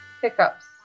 Pickups